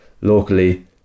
locally